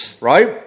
right